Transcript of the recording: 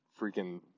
freaking